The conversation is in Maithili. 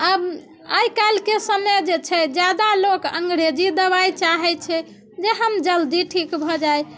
आब आइ काल्हिके समय जे छै जादा लोग अङ्ग्रेजी दवाइ चाहैत छै जे हम जल्दी ठीक भऽ जाइ